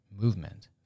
movement